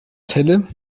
celle